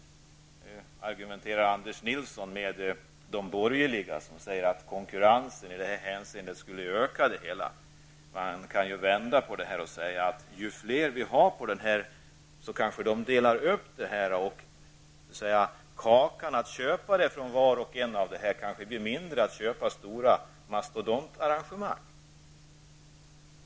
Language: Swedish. Argumenterar Anders Nilsson med de borgerliga när de säger att konkurrensen i detta hänseende skulle öka? Man kan vända på det och säga att ju fler som är med, desto fler skall dela på intäkterna. Kostnaden för att köpa en del av kakan för var och en kanske blir mindre än att köpa ett helt stort mastodontarrangemang.